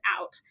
out